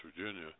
Virginia